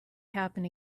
happen